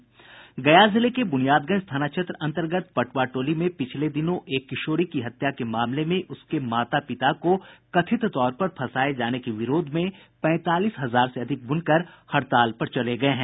गया जिले के बुनियादगंज थाना क्षेत्र अन्तर्गत पटवा टोली में पिछले दिनों एक किशोरी की हत्या के मामले में उसके माता पिता को कथित तौर पर फंसाये जाने के विरोध में पैंतालीस हजार से अधिक ब्रनकर हड़ताल पर चले गये हैं